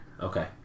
Okay